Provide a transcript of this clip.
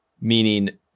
meaning